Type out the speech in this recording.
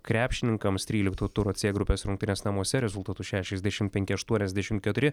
krepšininkams trylikto turo c grupės rungtynes namuose rezultatu šešiasdešim penki aštuoniasdešim keturi